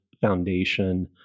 foundation